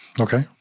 Okay